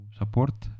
support